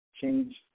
change